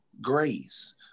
grace